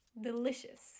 delicious